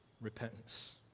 repentance